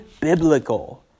biblical